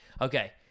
Okay